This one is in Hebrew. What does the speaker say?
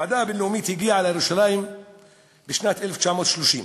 הוועדה הבין-לאומית הגיעה לירושלים בשנת 1930,